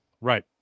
Right